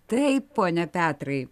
taip pone petrai